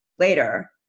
later